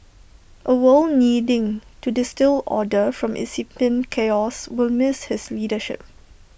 A world needing to distil order from incipient chaos will miss his leadership